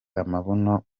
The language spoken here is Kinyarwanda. amabuno